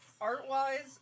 Art-wise